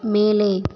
மேலே